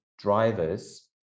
drivers